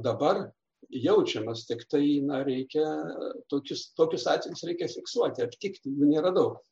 dabar jaučiamas tiktai reikia tokius tokius atvejus reikia fiksuoti aptikti jų nėra daug